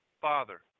father